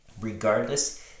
Regardless